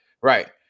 right